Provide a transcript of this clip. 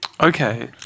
Okay